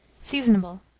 Seasonable